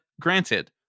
granted